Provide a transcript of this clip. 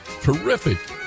terrific